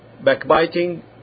Backbiting